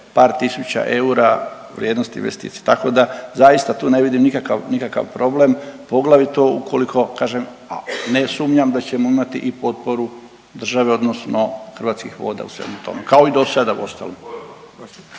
par tisuća eura vrijednosti investicije, tako da zaista tu ne vidim nikakav, nikakav problem, poglavito ukoliko kažem, a ne sumnjam da ćemo imati i potporu države odnosno Hrvatskih voda u svemu tome, kao i dosada uostalom.